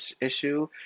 issue